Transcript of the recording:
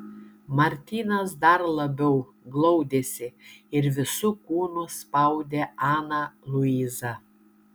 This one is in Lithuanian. martynas dar labiau glaudėsi ir visu kūnu spaudė aną luizą